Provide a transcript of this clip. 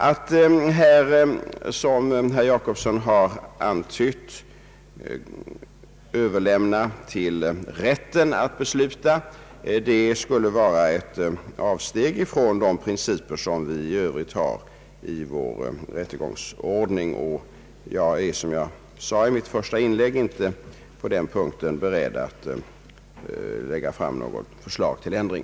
Att här, som herr Jacobsson har antytt, överlämna till rätten att besluta skulle vara ett avsteg från de principer som vi i övrigt har i vår rättegångsordning. Jag är, som jag sade i mitt första inlägg, inte beredd att på den punkten lägga fram något förslag till ändring.